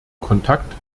kontakt